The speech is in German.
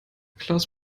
klaus